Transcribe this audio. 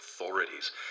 authorities